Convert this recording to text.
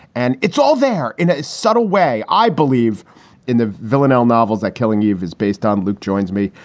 and it's all there in a subtle way. i believe in the villanelle novels that killing eve is based on. loopt joins me.